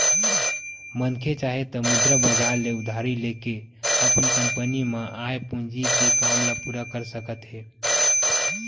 मनखे चाहे त मुद्रा बजार ले उधारी लेके अपन कंपनी म आय पूंजी के काम ल पूरा कर सकत हे